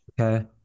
Okay